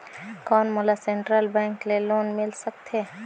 कौन मोला central bank ले लोन मिल सकथे?